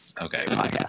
Okay